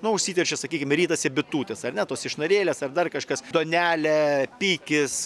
nu užsiteršia sakykim ritasi bitutės ar ne tos išnarėlės ar dar kažkas duonelė pikis